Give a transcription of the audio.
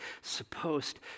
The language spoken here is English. supposed